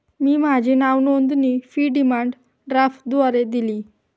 मी माझी नावनोंदणी fee demand ड्राफ्टद्वारे दिली